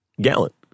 Gallant